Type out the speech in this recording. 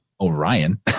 Orion